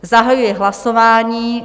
Zahajuji hlasování.